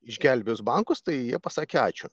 išgelbėjus bankus tai jie pasakė ačiū